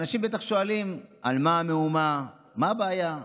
אנשים בטח שואלים על מה המהומה, מה הבעיה,